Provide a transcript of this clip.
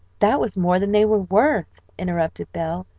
that was more than they were worth, interrupted belle.